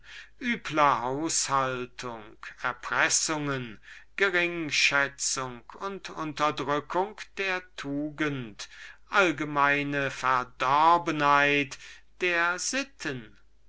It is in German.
haushaltung erpressungen geringschätzung und unterdrückung der tugend allgemeine verdorbenheit der sitten